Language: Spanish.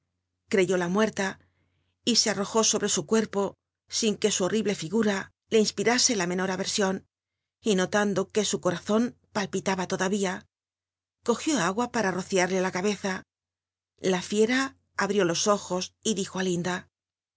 potencias crcyóla muerta y e arrojó olnc su cuer o sin que u horrible ligura le inspira e la menor aversión y notando e ue w corazon palpitaba toda ia cogió agua para rociarle la cabeza la fiera abrió los ojos y dijo á linda